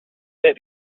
bit